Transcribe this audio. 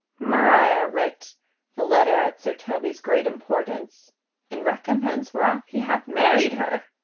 maria writ the letter at sir toby's great importance in recompense whereof he hath married her.